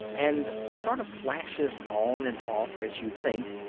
and sort of flashes on and off as you think,